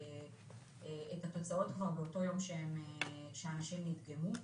את התוצאות כבר באותו יום שאנשים נדגמו.